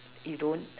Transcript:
you don't